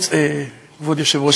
כבוד היושב-ראש,